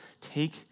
take